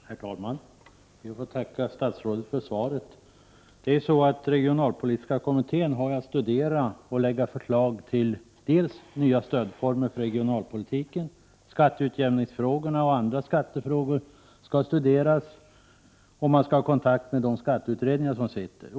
Herr talman! Jag ber att få tacka statsrådet för svaret på min fråga. Regionalpolitiska kommittén har att studera och lägga fram förslag till nya stödformer för regionalpolitiken. Skatteutjämningsfrågorna och andra skattefrågor skall studeras, och kontakt skall tas med de skatteutredningar som pågår.